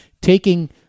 taking